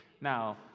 now